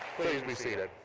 please be seated.